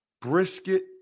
brisket